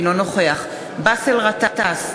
אינו נוכח באסל גטאס,